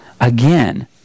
again